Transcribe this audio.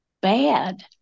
bad